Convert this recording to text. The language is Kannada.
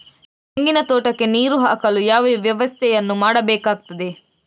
ತೆಂಗಿನ ತೋಟಕ್ಕೆ ನೀರು ಹಾಕಲು ಯಾವ ವ್ಯವಸ್ಥೆಯನ್ನು ಮಾಡಬೇಕಾಗ್ತದೆ?